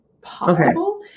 possible